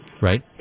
Right